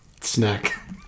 snack